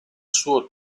suo